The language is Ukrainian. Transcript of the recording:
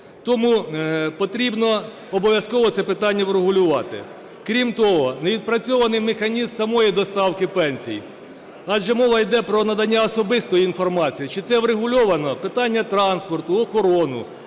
Тому потрібно обов'язково це питання врегулювати. Крім того не відпрацьований механізм самої доставки пенсій. Адже мова йде про надання особистої інформації, чи це врегульовано: питання транспорту, охорони.